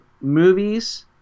movies